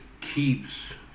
keeps